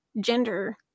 gender